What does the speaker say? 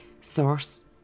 source